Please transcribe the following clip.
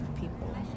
people